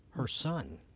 her son,